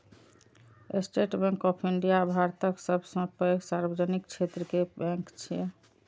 state Bank of India भारतक सबसं पैघ सार्वजनिक क्षेत्र के बैंक छियै